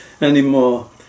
anymore